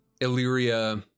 Illyria